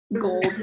gold